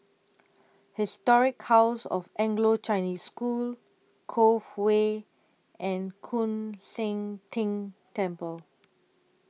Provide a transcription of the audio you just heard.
Historic House of Anglo Chinese School Cove Way and Koon Seng Ting Temple